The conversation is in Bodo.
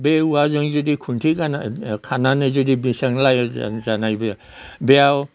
बे औवाजों जुदि खुन्थि खानानै जुदि बिसां लायो जानाय बियो बेयाव